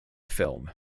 film